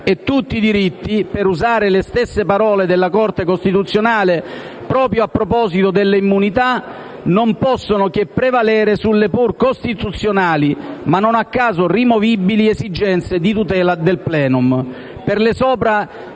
e tutti i diritti» - per usare le stesse parole della Corte costituzionale proprio a proposito delle immunità - non possono che prevalere sulle pur costituzionali (ma non a caso rimovibili) esigenze di tutela del *plenum*